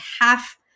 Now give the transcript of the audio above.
half